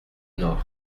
nord